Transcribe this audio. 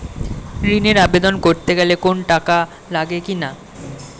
ঋণের আবেদন করতে গেলে কোন টাকা লাগে কিনা?